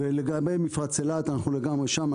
ולגבי מפרץ אילת אנחנו לגמרי שם.